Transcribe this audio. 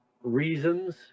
reasons